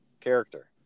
character